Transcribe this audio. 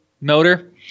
motor